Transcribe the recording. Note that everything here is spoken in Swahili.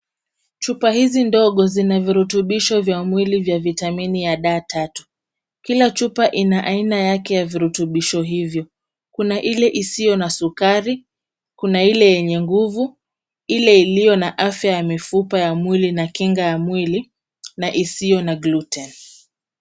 Chupa hizi ndogo zina virutubisho vya mwili vya Vitamini ya D 3. Kila chupa ina aina yake ya virutubisho hivyo. Kuna ile isiyo na sukari, kuna ile ya nguvu, ile iliyo na afya ya mifupa ya mwili na kinga ya mwili na isiyo na [c] gluten [c].